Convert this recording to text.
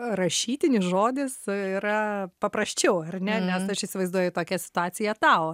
rašytinis žodis yra paprasčiau ar ne nes aš įsivaizduoju tokią situaciją tau